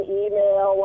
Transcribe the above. email